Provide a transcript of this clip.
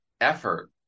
effort